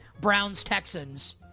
Browns-Texans